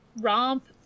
romp